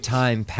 time